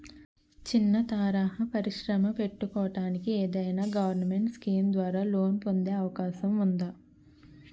చిన్న తరహా పరిశ్రమ పెట్టుకోటానికి ఏదైనా గవర్నమెంట్ స్కీం ద్వారా లోన్ పొందే అవకాశం ఉందా?